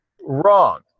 Wrong